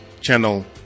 channel